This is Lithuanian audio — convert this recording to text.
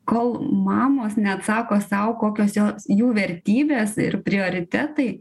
kol mamos neatsako sau kokios jos jų vertybės ir prioritetai